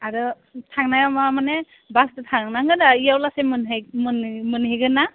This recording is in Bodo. आरो थांनायाव मा माने बासदो थांनांगोन ना इयावहा लागि मोनहैगोनना